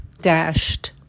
dashed